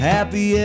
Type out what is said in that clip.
Happy